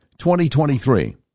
2023